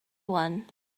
one